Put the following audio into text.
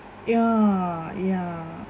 yeah yeah